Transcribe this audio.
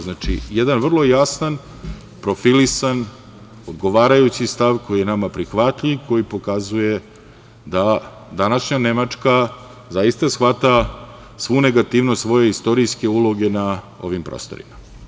Znači, jedan vrlo jasan, profilisan, odgovarajući stav koji nam je prihvatljiv, koji pokazuje da današnja Nemačka zaista shvata svu negativnost svoje istorijske uloge na ovim prostorima.